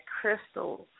crystals